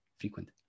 frequent